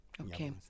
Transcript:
Okay